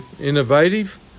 innovative